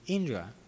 Indra